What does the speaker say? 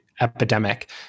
epidemic